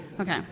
Okay